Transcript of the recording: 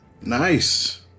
Nice